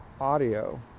audio